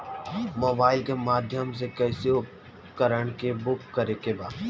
Mobile के माध्यम से कैसे उपकरण के बुक करेके बा?